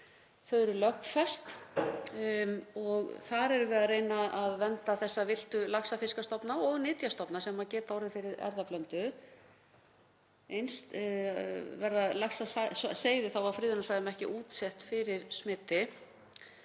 Þau eru lögfest og þar erum við að reyna að vernda þessa villtu laxfiskastofna og nytjastofna sem geta orðið fyrir erfðablöndun. Eins verða laxaseiði á friðunarsvæðum þá ekki útsett fyrir smiti.